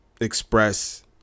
express